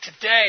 Today